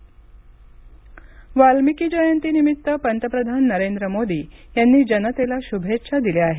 वाल्मिकी जयंती वाल्मिकी जयंतीनिमित्त पंतप्रधान नरेंद्र मोदी यांनी जनतेला शुभेच्छा दिल्या आहेत